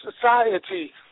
society